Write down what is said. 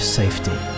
safety